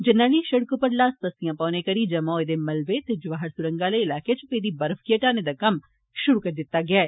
जरनैली सिड़कै पर ल्हास पस्सियां पौने करी जमा होए दे मलबे ते जवाहर सुरंग आह्ले इलाके च पेदी बर्फ गी हटाने दा कम्म षुरु करी दित्ता गेदा ऐ